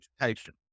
education